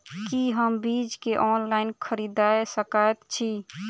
की हम बीज केँ ऑनलाइन खरीदै सकैत छी?